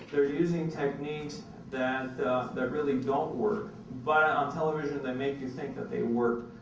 they're using techniques that that really don't work, but on television they make you think that they worked.